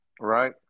Right